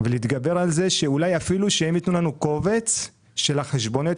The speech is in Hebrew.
ולהתגבר על זה שאולי אפילו שהם ייתנו לנו קובץ של החשבוניות